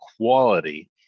quality